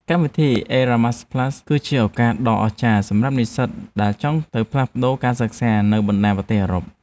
កម្មវិធីអេរ៉ាម៉ាស់ផ្លាស់ (Erasmus+) គឺជាឱកាសដ៏អស្ចារ្យសម្រាប់និស្សិតដែលចង់ទៅផ្លាស់ប្តូរការសិក្សានៅបណ្តាប្រទេសអឺរ៉ុប។